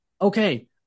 okay